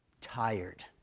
tired